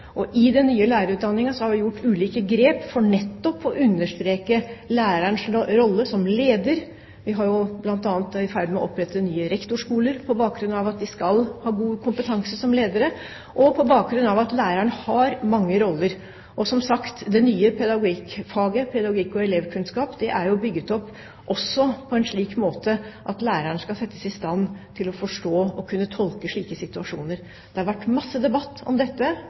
og i den nye lærerutdanningen har vi gjort ulike grep for nettopp å understreke lærerens rolle som leder. Vi er bl.a. i ferd med å opprette nye rektorskoler på bakgrunn av at de skal ha god kompetanse som ledere, og på bakgrunn av at læreren har mange roller. Og som sagt, det nye pedagogikkfaget, pedagogikk og elevkunnskap, er jo bygget opp på en slik måte at læreren skal settes i stand til å forstå og kunne tolke slike situasjoner. Det har vært masse debatt om dette,